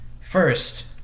First